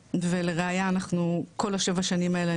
ולראייה אנחנו כל השבע שנים האלה,